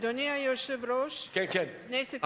כן, כן.